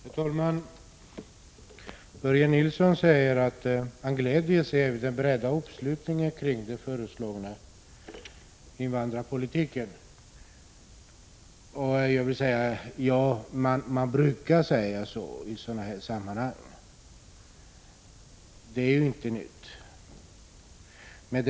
Herr talman! Börje Nilsson säger att han gläder sig över den breda uppslutningen kring den föreslagna invandrarpolitiken. Man brukar säga så i sådana sammanhang. Det är inte något nytt.